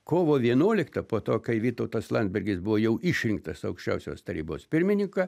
kovo vienuoliktą po to kai vytautas landsbergis buvo jau išrinktas aukščiausios tarybos pirmininką